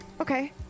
Okay